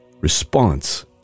Response